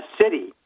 city